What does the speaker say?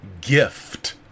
gift